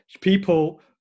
people